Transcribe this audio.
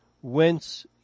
whence